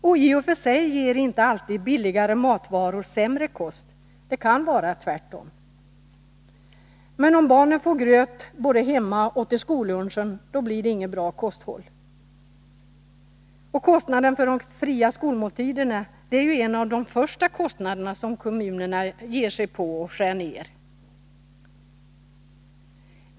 Och i och för sig ger billigare matvaror inte alltid sämre kost; det kan vara tvärtom. Men om barnen får gröt både hemma och till skollunchen, blir det inget bra kosthåll. Och kostnaden för de fria skolmåltiderna är ju en av de första utgifter som kommunerna skär ned.